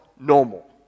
normal